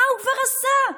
מה הוא כבר עשה?